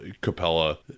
Capella